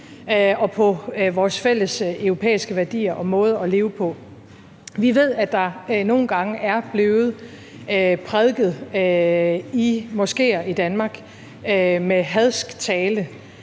og på vores fælles europæiske værdier og måde at leve på. Vi ved, at der nogle gange er blevet prædiket med hadsk tale